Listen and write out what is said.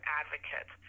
advocate